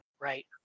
right